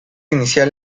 inicial